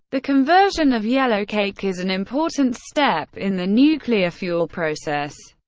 the conversion of yellowcake is an important step in the nuclear fuel process.